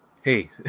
hey